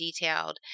detailed